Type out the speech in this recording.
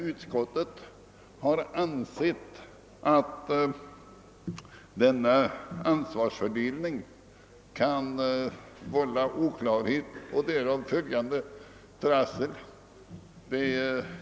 Utskottsmajoriteten har emellertid ansett att denna ansvarsfördelning kan vålla oklarhet och därav följande trassel.